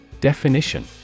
Definition